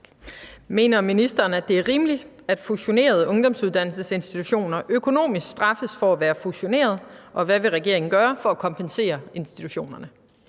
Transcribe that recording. Mener ministeren, at det er rimeligt, at fusionerede ungdomsuddannelsesinstitutioner økonomisk straffes for at være fusioneret, og hvad vil regeringen gøre for at kompensere institutionerne?